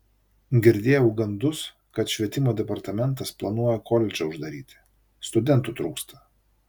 girdėjau gandus kad švietimo departamentas planuoja koledžą uždaryti studentų trūksta